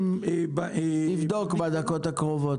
תבדוק בדקות הקרובות,